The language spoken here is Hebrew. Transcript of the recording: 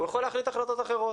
הוא יכול להחליט החלטות אחרות,